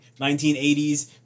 1980s